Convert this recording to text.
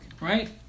right